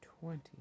twenty